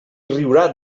riurà